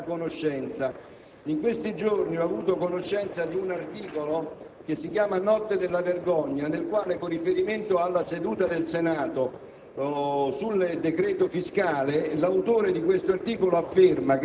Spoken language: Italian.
Il tempo decorre dalla conoscenza. In questi giorni ho avuto conoscenza di un articolo intitolato «Notte della vergogna» nel quale, con riferimento alla seduta del Senato